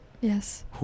Yes